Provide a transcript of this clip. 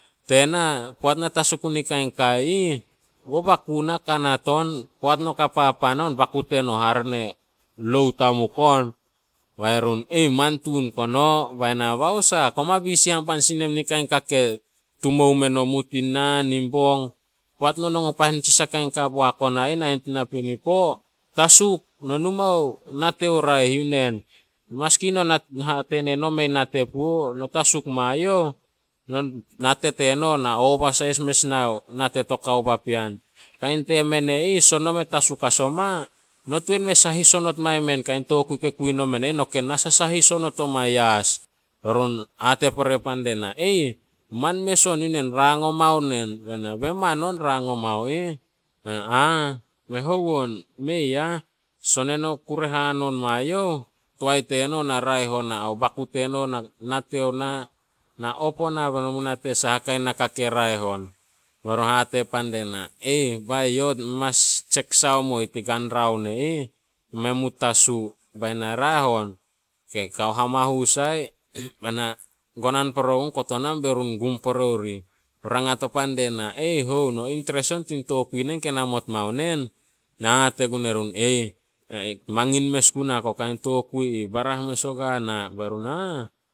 e hitol pouts ne Hagogohe kaba lam u ka pepesa balia ena ka talagia i- i Lemanmanu i Tanamalo tere Habeni, Jonathan Habeni. Ba lia e kag ba lia e ma skul haniga has gi. U lotu Methodist i ron lauu i Petats tina ron katein u Krismas, i la hasiu u katuun pan ba lam a galapien u tetenei, alam u ka pinpino hasia i han. Te lama te lama, alam ma mala atei sileia, te pan hapopoia u Krismas, a saha ka ti selebrate turu Krismas. Sinip u Krismas e a saha a mining tanen nonei tara man poata eni, balam te ka pinpino talasim. Bate lana, napina a poata alo tara marue hamanasa aliu go skul pouts balia kopis pouts guma i Eltupan balia mi hatania pouts tsegu skul. Aliu pa hakapa- aliu pan hakapa ba lia me skul pouts gia i Eltupan. A man misinari teacher ti ron lala, e Kebon i Saposa, Kelep Tuhein i Nova. I Kout-e-kav-